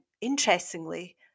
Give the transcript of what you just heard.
Interestingly